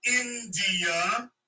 India